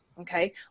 Okay